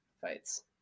fights